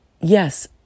yes